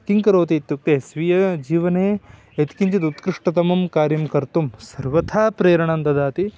किं करोति इत्युक्ते स्वीयजीवने यत्किञ्चिदुत्कृष्टतमं कार्यं कर्तुं सर्वथा प्रेरणां ददाति